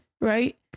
Right